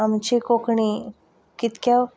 आमची कोंकणी कितको